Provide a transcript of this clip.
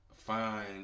Find